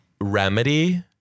remedy